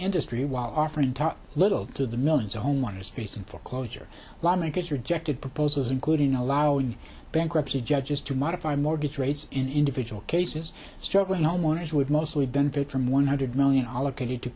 industry while offering little to the millions of homeowners facing foreclosure lawmakers rejected proposals including allowing bankruptcy judges to modify mortgage rates in individual cases struggling homeowners would mostly benefit from one hundred million allocated to